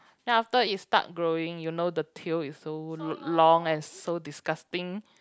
then after it start growing you know the tail is so long and so disgusting